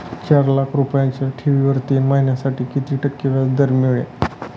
चार लाख रुपयांच्या ठेवीवर तीन महिन्यांसाठी किती टक्के व्याजदर मिळेल?